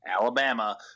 Alabama